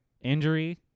injury